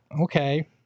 okay